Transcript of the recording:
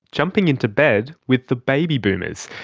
jumping into bed with the baby boomers.